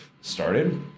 started